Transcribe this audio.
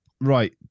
right